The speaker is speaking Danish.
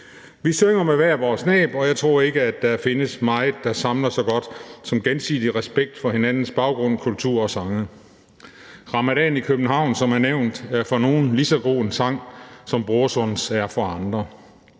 synger med sit eget næb, og jeg tror ikke, at der findes meget, der samler så godt som gensidig respekt for hinandens baggrund, kultur og sange. »Ramadan i København«, som er blevet nævnt, er for nogen lige så god en sang, som Brorsons sange er for andre.